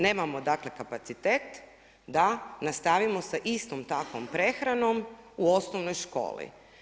Nemamo dakle kapacitet da nastavimo sa istom takvom prehranom u osnovnoj školi.